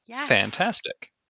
Fantastic